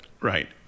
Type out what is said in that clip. Right